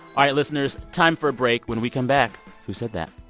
right, listeners time for a break. when we come back who said that